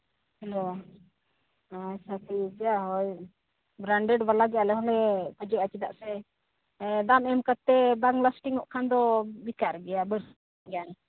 ᱟᱪᱪᱷᱟ ᱴᱷᱤᱠ ᱜᱮᱭᱟ ᱦᱳᱭ ᱵᱨᱮᱱᱰᱮᱰ ᱵᱟᱞᱟ ᱜᱮ ᱟᱞᱮ ᱦᱚᱸ ᱞᱮ ᱠᱷᱚᱡᱚᱜᱼᱟ ᱪᱮᱫᱟᱜ ᱥᱮ ᱫᱟᱢ ᱮᱢ ᱠᱟᱛᱮ ᱵᱟᱝ ᱞᱟᱥᱴᱤᱝ ᱚᱜ ᱠᱷᱟᱱ ᱫᱚ ᱵᱮᱠᱟᱨ ᱜᱮᱭᱟ ᱵᱟᱹᱲᱤᱡ ᱜᱮᱭᱟ